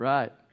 Right